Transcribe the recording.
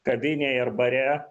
kavinėj ar bare